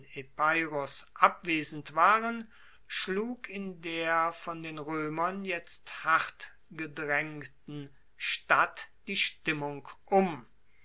abwesend waren schlug in der von den roemern jetzt hart gedraengten stadt die stimmung um